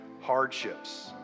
hardships